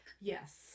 Yes